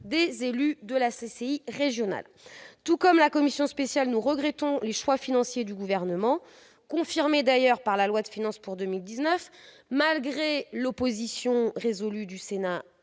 des élus de la CCIR. Tout comme la commission spéciale, nous regrettons que les choix financiers du Gouvernement, confirmés par la loi de finances pour 2019 malgré l'opposition résolue du Sénat,